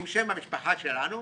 עם שם המשפחה שלנו.